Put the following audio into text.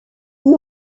eut